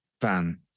van